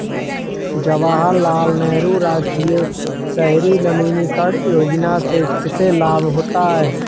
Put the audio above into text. जवाहर लाल नेहरू राष्ट्रीय शहरी नवीकरण योजना से किसे लाभ होता है?